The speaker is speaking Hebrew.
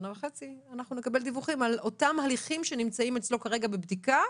שנה וחצי אנחנו נקבל דיווחים על אותם הליכים שנמצאים אצלו כרגע בבדיקה,